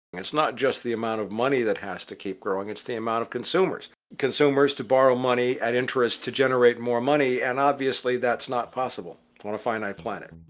it's not just the amount of money that has to keep growing it's the amount of consumers. consumers to borrow money at interest to generate more money and obviously. that's not possible on a finite planet.